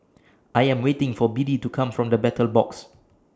I Am waiting For Biddie to Come from The Battle Box